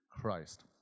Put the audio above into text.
Christ